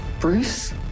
Bruce